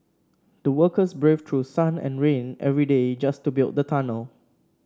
the workers braved through sun and rain every day just to build the tunnel